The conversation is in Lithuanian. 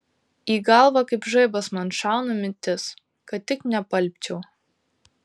į galvą kaip žaibas man šauna mintis kad tik neapalpčiau